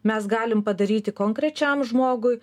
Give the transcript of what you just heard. mes galim padaryti konkrečiam žmogui